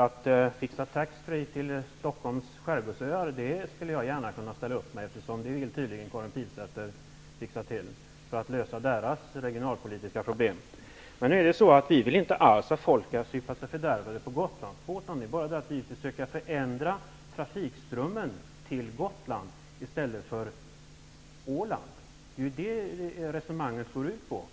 Att fixa taxfree-försäljning på Stockholms skärgårdsöar skulle jag gärna ställa upp för. Det är tydligen vad Karin Pilsäter vill för att lösa deras regionalpolitiska problem. Men vi vill inte alls folk skall supa sig fördärvade på Gotlandsbåtar, utan vi försöker ändra trafikströmmen, så att den går till Gotland i stället för till Åland. Det är vad vårt resonemang går ut på.